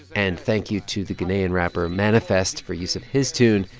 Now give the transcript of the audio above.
and thank you to the ghanaian rapper m anifest for use of his tune,